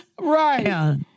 Right